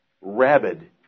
rabid